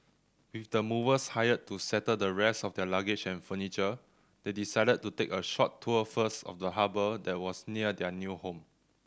with the movers hired to settle the rest of their luggage and furniture they decided to take a short tour first of the harbour that was near their new home